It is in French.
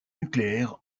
nucléaires